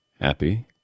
Happy